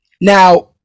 now